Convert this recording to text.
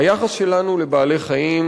היחס שלנו לבעלי-חיים,